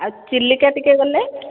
ଆଉ ଚିଲିକା ଟିକେ ଗଲେ